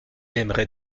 aimerait